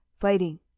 fighting